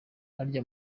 harya